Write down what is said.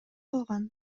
калган